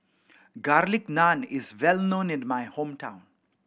Garlic Naan is well known in my hometown